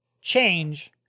change